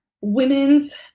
women's